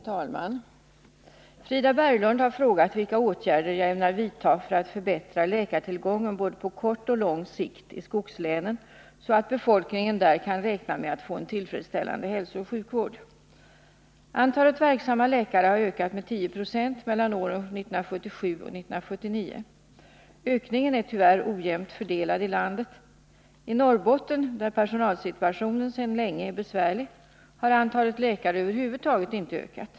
Herr talman! Frida Berglund har frågat vilka åtgärder jag ämnar vidta för att förbättra läkartillgången både på kort och lång sikt i skogslänen så att befolkningen där kan räkna med att få en tillfredsställande hälsooch sjukvård. Antalet verksamma läkare har ökat med 10 96 mellan åren 1977 och 1979. Ökningen är tyvärr ojämnt fördelad över landet. I Norrbotten, där personalsituationen sedan länge är besvärlig, har antalet läkare över huvud taget inte ökat.